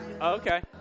Okay